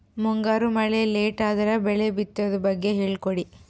ಮುಂಗಾರು ಮಳೆ ಲೇಟ್ ಅದರ ಬೆಳೆ ಬಿತದು ಬಗ್ಗೆ ಹೇಳಿ ಕೊಡಿ?